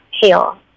heal